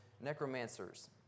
necromancers